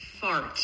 Fart